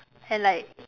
and like